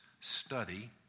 study